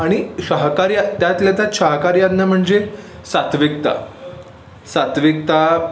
आणि शाकाहारी त्यातल्या त्यात शाकाहारी अन्न म्हणजे सात्त्विकता सात्त्विकता